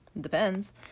Depends